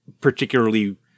particularly